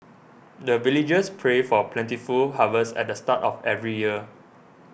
the villagers pray for plentiful harvest at the start of every year